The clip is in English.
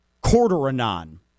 quarter-anon